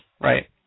Right